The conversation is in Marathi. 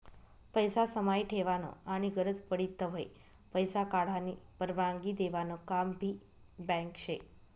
पैसा समाई ठेवानं आनी गरज पडी तव्हय पैसा काढानी परवानगी देवानं काम भी बँक शे